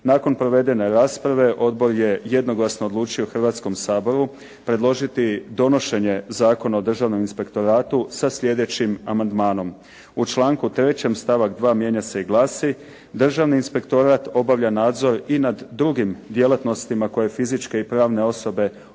Nakon provedene rasprave, odbor je jednoglasno odlučio Hrvatskom saboru predložiti donošenje Zakona o Državnom Inspektoratu sa sljedećim amandmanom: U članku 3. stavak 2. mijenja se i glasi: Državni inspektorat obavlja nadzor i nad drugim djelatnostima koje fizičke i pravne osobe obavljaju